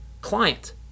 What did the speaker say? client